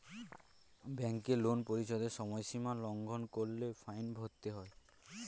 ব্যাংকের লোন পরিশোধের সময়সীমা লঙ্ঘন করলে ফাইন ভরতে হয়